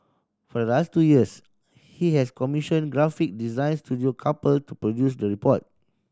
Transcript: the last two years he has commissioned graphic design studio couple to produce the report